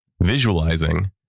visualizing